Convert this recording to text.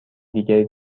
دیگری